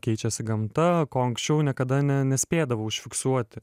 keičiasi gamta ko anksčiau niekada ne nespėdavau užfiksuoti